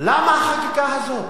למה החקיקה הזאת?